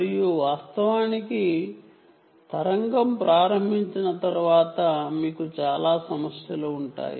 మరియు వాస్తవానికి తరంగం ప్రారంభించిన తర్వాత మీకు పర్యావరణం వలన చాలా సమస్యలు ఉంటాయి